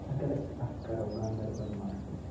اَگرے أسۍ کَتھ کرو گاندربل مارکیٚٹٕچ